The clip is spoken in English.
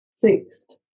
fixed